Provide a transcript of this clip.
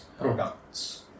Products